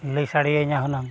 ᱞᱟᱹᱭ ᱥᱟᱰᱮᱭᱤᱧᱟ ᱦᱩᱱᱟᱹᱝ